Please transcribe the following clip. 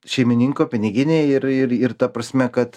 šeimininko piniginei ir ir ir ta prasme kad